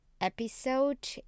episode